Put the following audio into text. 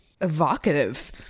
evocative